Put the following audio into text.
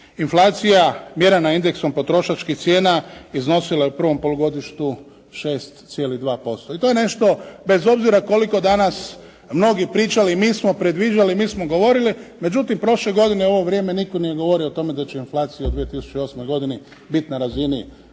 Inflacija mjerena indeksom potrošačkih cijena iznosila je u prvom polugodištu 6,2%. I to je nešto bez obzira koliko danas mnogi pričali mi smo predviđali, mi smo govorili međutim prošle godine u ovo vrijeme nitko nije govorio o tome da će inflacija u 2008. godini biti na razini od 6%.